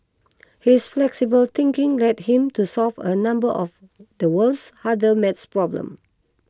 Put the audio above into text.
his flexible thinking led him to solve a number of the world's hardest math problems